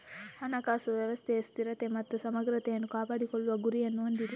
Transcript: ಹಣಕಾಸು ವ್ಯವಸ್ಥೆಯ ಸ್ಥಿರತೆ ಮತ್ತು ಸಮಗ್ರತೆಯನ್ನು ಕಾಪಾಡಿಕೊಳ್ಳುವ ಗುರಿಯನ್ನು ಹೊಂದಿದೆ